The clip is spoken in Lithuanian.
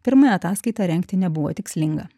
pirmąją ataskaitą rengti nebuvo tikslinga